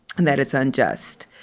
and that it's unjust.